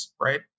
right